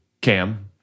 Cam